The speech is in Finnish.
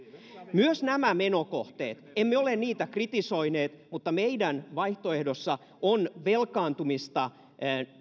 myös nämä menokohteet emme ole niitä kritisoineet mutta meidän vaihtoehdossamme on velkaantumista